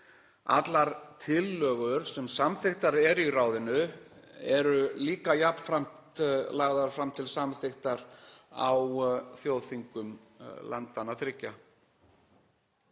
allar tillögur sem samþykktar eru í ráðinu eru jafnframt lagðar fram til samþykktar á þjóðþingum landanna þriggja.